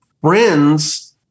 friends